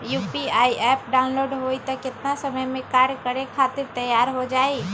UPI app download होई त कितना समय मे कार्य करे खातीर तैयार हो जाई?